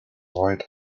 ride